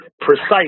precise